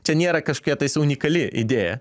čia nėra kažkokia tais unikali idėja